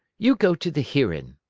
you go to the hearin'.